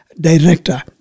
Director